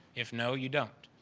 if no, you don't.